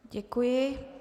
Děkuji.